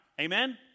Amen